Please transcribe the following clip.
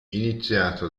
iniziato